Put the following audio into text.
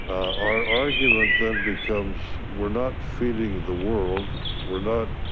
our argument then becomes we're not feeding the world, we're not,